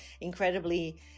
incredibly